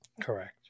Correct